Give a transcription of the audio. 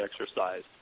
exercise